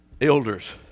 Elders